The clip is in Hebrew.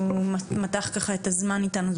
הוא מתח ככה את הזמן איתנו,